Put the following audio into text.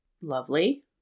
lovely